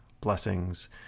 blessings